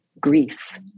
grief